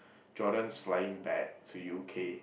Jordon's flying back to U_K